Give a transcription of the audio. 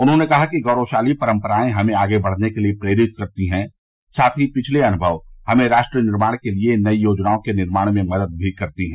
उन्होंने कहा कि गौरवशाली परपराए हमें आगे बढ़ने के लिये प्रेरित करती हैं साथ ही पिछले अनुभव हमें राष्ट्र निर्माण के लिये नई योजनाओं के निर्माण में मदद भी करते हैं